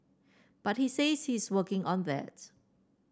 but he says he is working on that